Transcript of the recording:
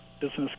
business